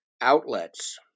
outlets